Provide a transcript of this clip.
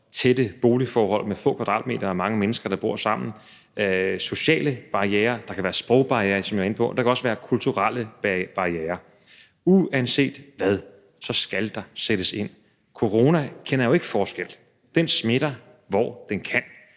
tætte boligforhold med få kvadratmeter og mange mennesker, der bor sammen. Der er sociale barrierer – det kan være sprogbarrierer, som jeg var inde på – og der kan også være kulturelle barrierer. Uanset hvad, så skal der sættes ind. Corona kender jo ikke forskel. Den smitter, hvor den kan,